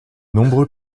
nombreux